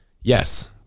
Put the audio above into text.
yes